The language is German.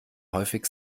häufig